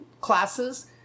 classes